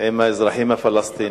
עם האזרחים הפלסטינים,